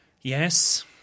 Yes